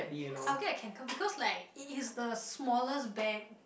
I will get a Kanken because like it is the smallest bag